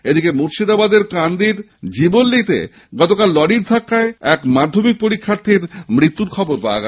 এদিকে মুর্শিদাবাদে কান্দির জীবন্তিতে গতকাল লরির ধাক্কায় এক মাধ্যমিক পরীক্ষার্থীর মৃত্যু হয়েছে